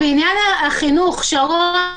אבל